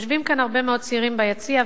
יושבים כאן הרבה מאוד צעירים ביציע,